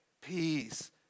peace